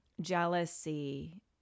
jealousy